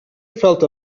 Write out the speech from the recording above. felt